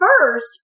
First